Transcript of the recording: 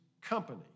company